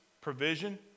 provision